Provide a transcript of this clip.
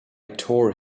tore